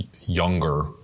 younger